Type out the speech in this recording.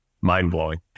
mind-blowing